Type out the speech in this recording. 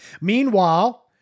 Meanwhile